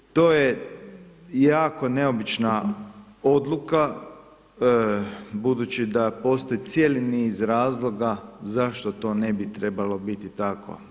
To je jako neobična odluka budući da postoji cijeli niz razloga zašto to ne bi trebalo biti tako.